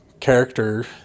character